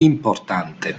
importante